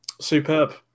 superb